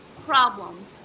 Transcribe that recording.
Problem